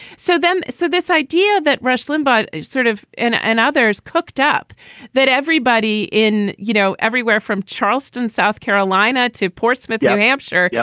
so them. so this idea that rush limbaugh is sort of and and others cooked up that everybody in, you know, everywhere from charleston, south carolina, to portsmouth, new hampshire. yeah.